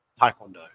Taekwondo